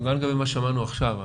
לגבי מה ששמענו עכשיו,